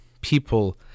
people